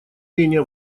менее